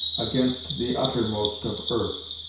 against the uttermost of earth.